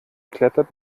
klettert